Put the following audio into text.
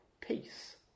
peace